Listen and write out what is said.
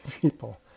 people